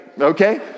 Okay